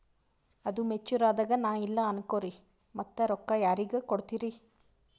ಈದು ಮೆಚುರ್ ಅದಾಗ ನಾ ಇಲ್ಲ ಅನಕೊರಿ ಮತ್ತ ರೊಕ್ಕ ಯಾರಿಗ ಕೊಡತಿರಿ?